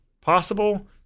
possible